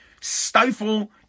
stifle